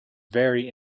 very